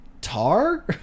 Tar